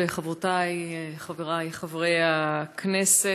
חברותיי וחבריי חברי הכנסת,